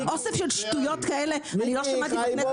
אוסף של שטויות כאלה אני לא שמעתי באמת הרבה זמן.